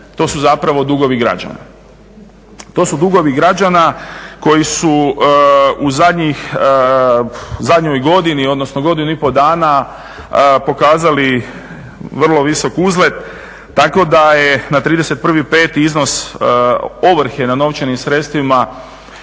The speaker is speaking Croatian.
to su zapravo dugovi građana, to su dugovi građana koji su u zadnjoj godini, odnosno godinu i pol dana pokazali vrlo visok uzlet, tako da je na 31.5. iznos ovrhe na novčanim sredstvima